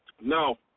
No